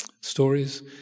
stories